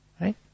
Right